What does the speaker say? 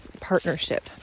partnership